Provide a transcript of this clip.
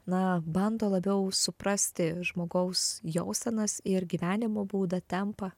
na bando labiau suprasti žmogaus jausenas ir gyvenimo būdą tempą